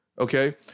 okay